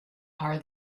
are